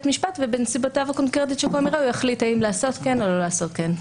משפט ובנסיבותיו הקונקרטיות הוא יחליט האם לעשות כן או לא לעשות כן.